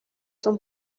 son